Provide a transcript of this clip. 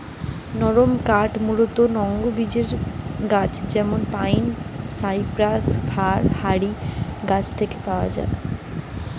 নরমকাঠ মূলতঃ নগ্নবীজের গাছ যেমন পাইন, সাইপ্রাস, ফার হারি গাছ নু পাওয়া যায়